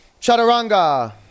Chaturanga